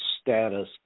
status